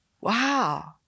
Wow